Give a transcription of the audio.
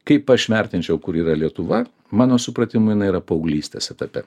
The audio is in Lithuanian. kaip aš vertinčiau kur yra lietuva mano supratimu jinai yra paauglystės etape